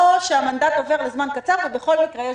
או שהמנדט עובר לזמן קצר ובכל מקרה יש